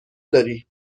داری